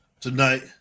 tonight